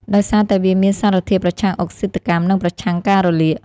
ដោយសារតែវាមានសារធាតុប្រឆាំងអុកស៊ីតកម្ម និងប្រឆាំងការរលាក។